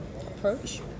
approach